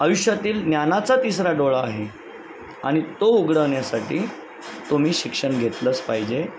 आयुष्यातील ज्ञानाचा तिसरा डोळा आहे आणि तो उघडवण्यासाठी तुम्ही शिक्षण घेतलंच पाहिजे